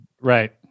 Right